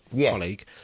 colleague